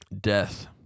Death